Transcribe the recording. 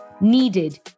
needed